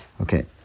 Okay